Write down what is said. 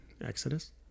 Exodus